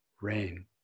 rain